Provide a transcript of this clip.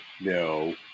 no